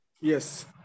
Yes